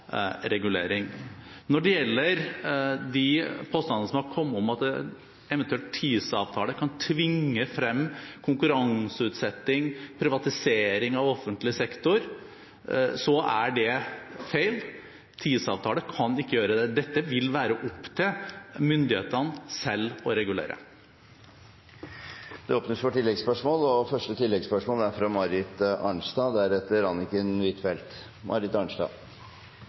regulering. Når det gjelder de påstandene som har kommet om at en eventuell TISA-avtale kan tvinge frem konkurranseutsetting og privatisering av offentlig sektor, er det feil. En TISA-avtale kan ikke gjøre det. Dette vil være opp til myndighetene selv å regulere. Det blir oppfølgingsspørsmål – først fra Marit Arnstad.